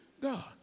God